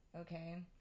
okay